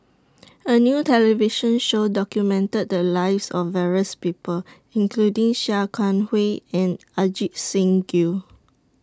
A New television Show documented The Lives of various People including Sia Kah Hui and Ajit Singh Gill